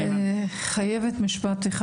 חייבת משפט אחד.